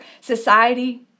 society